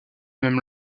même